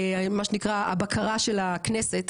מה שנקרא הבקרה של הכנסת,